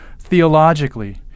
theologically